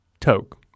Toke